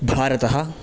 भारतः